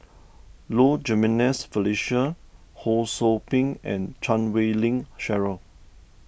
Low Jimenez Felicia Ho Sou Ping and Chan Wei Ling Cheryl